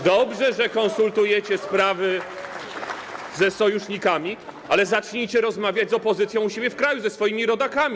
Dobrze, że konsultujecie sprawy ze sojusznikami, ale zacznijcie rozmawiać z opozycją u siebie w kraju, ze swoimi rodakami.